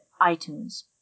iTunes